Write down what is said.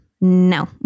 No